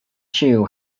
shoe